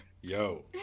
yo